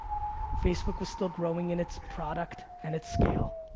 facebook was still growing in its product and its scale.